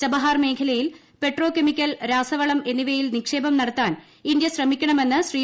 Chabahar മേഖലയിൽ petrochemical രാസവളം എന്നിവയിൽ നിക്ഷേപം നടത്താൻ ഇന്ത്യ് ശ്രമിക്കണമെന്ന് ശ്രീ